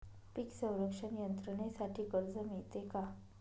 पीक संरक्षण यंत्रणेसाठी कर्ज मिळते का?